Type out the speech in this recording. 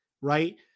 right